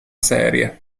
serie